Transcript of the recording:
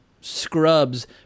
scrubs